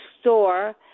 store